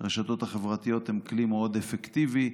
הרשתות החברתיות הן כלי מאוד אפקטיבי,